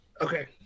okay